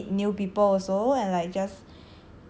and meet new people also and like just